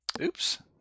Oops